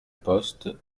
poste